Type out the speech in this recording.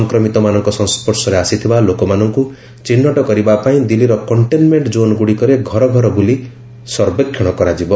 ସଂକ୍ରମିତମାନଙ୍କ ସଂସ୍ୱର୍ଶରେ ଆସିଥିବା ଲୋକମାନଙ୍କୁ ଚିହ୍ନଟ କରିବା ପାଇଁ ଦିଲ୍ଲୀର କଣ୍ଟେନ୍ମେଣ୍ଟ ଜୋନ୍ଗୁଡ଼ିକରେ ଘରଘର ବୁଲି ସର୍ବେକ୍ଷଣ କରାଯିବ